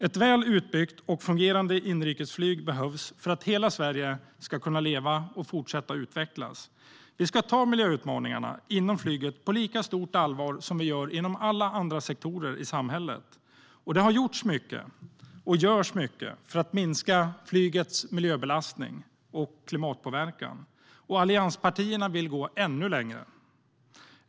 Ett väl utbyggt och fungerande inrikesflyg behövs för att hela Sverige ska kunna leva och fortsätta utvecklas. Vi ska ta miljöutmaningarna inom flyget på lika stort allvar som vi gör när det gäller alla andra sektorer i samhället. Det har gjorts mycket och görs mycket för att minska flygets miljöbelastning och klimatpåverkan. Och allianspartierna vill gå ännu längre.